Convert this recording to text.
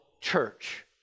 church